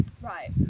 right